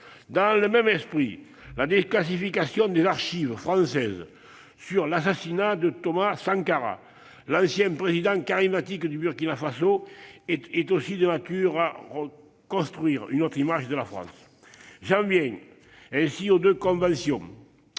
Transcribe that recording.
Dans le même esprit, la déclassification des archives françaises sur l'assassinat de Thomas Sankara, l'ancien Président charismatique du Burkina Faso, est de nature à construire une autre image de la France. J'en viens aux deux conventions-